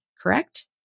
correct